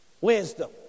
Wisdom